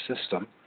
system